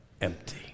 empty